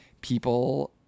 people